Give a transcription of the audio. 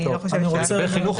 אני לא חושבת --- לגבי חינוך,